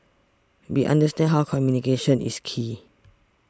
we understand how communication is key